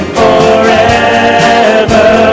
forever